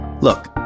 Look